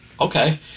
okay